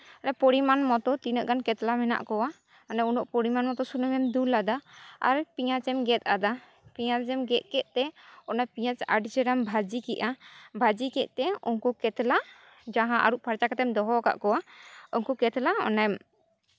ᱯᱚᱨᱤᱢᱟᱱ ᱢᱚᱛᱚ ᱛᱤᱱᱟᱹᱜ ᱜᱟᱱ ᱠᱟᱛᱞᱟ ᱢᱮᱱᱟᱜ ᱠᱚᱣᱟ ᱩᱱᱟᱹᱜ ᱯᱚᱨᱤᱢᱟᱱ ᱢᱚᱛᱚ ᱥᱩᱱᱩᱢ ᱮᱢ ᱫᱩᱞ ᱟᱫᱟ ᱟᱨ ᱯᱮᱸᱭᱟᱡᱽ ᱮᱢ ᱜᱮᱫ ᱟᱫᱟ ᱯᱮᱸᱭᱟᱡᱽ ᱮᱢ ᱜᱮᱫ ᱠᱮᱫ ᱛᱮ ᱚᱱᱟ ᱯᱮᱸᱭᱟᱡᱽ ᱟᱹᱰᱤ ᱪᱮᱦᱨᱟᱢ ᱵᱷᱟᱹᱡᱤ ᱠᱮᱫᱟ ᱵᱷᱟᱹᱡᱤ ᱠᱮᱫ ᱛᱮ ᱩᱱᱠᱩ ᱠᱟᱛᱞᱟ ᱡᱟᱦᱟᱸ ᱟᱹᱨᱩᱵ ᱯᱷᱟᱨᱪᱟ ᱠᱟᱛᱮᱢ ᱫᱚᱦᱚ ᱠᱟᱫ ᱠᱚᱣᱟ ᱩᱱᱠᱩ ᱠᱟᱛᱞᱟ ᱚᱱᱮᱢ